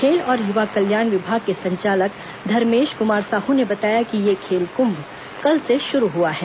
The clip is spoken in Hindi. खेल और युवा कल्याण विभाग के संचालक धर्मेश क्मार साहू ने बताया कि यह खेल क्म्भ कल से शुरू हआ है